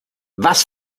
was